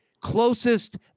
closest